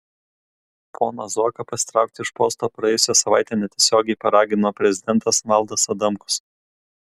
poną zuoką pasitraukti iš posto praėjusią savaitę netiesiogiai paragino prezidentas valdas adamkus